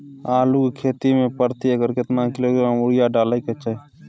आलू के खेती में प्रति एकर केतना किलोग्राम यूरिया डालय के चाही?